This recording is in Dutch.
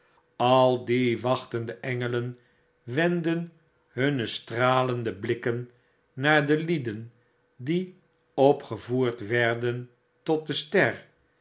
al die wachtende engelen wendden hun stralende blikken naar de iieden die opgevoerd werden tot de ster